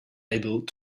able